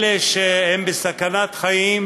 אלה שהם בסכנת חיים,